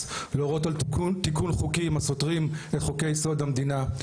להורות על תיקון חוקים הסותרים את חוקי יסוד המדינה,